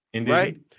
right